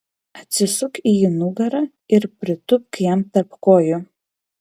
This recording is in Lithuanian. atsisuk į jį nugara ir pritūpk jam tarp kojų